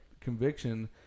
conviction